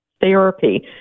therapy